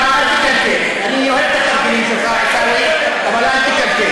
אני אוהב את התרגילים שלך, עיסאווי, אבל תאתגר.